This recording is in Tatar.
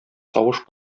тавыш